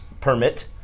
permit